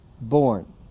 born